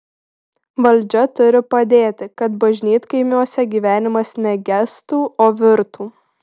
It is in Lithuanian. valdžia turi padėti kad bažnytkaimiuose gyvenimas ne gestų o virtų